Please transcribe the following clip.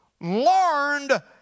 learned